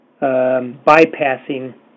bypassing